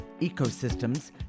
ecosystems